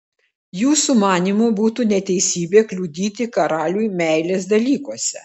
jūsų manymu būtų neteisybė kliudyti karaliui meilės dalykuose